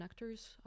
connectors